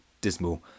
dismal